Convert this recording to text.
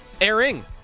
airing